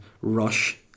rush